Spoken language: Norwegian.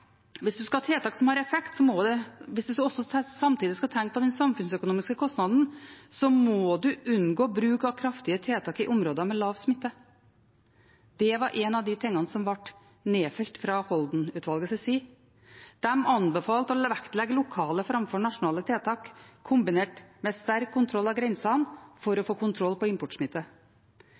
hvis en skal ha tiltak som har effekt, og hvis en samtidig skal tenke på den samfunnsøkonomiske kostnaden, må en unngå bruk av kraftige tiltak i områder med lav smitte. Det var en av de tingene som ble nedfelt fra Holden-utvalgets side. De anbefalte å vektlegge lokale framfor nasjonale tiltak kombinert med sterk kontroll av grensene, for å få kontroll